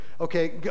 Okay